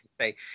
say